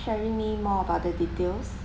sharing me more about the details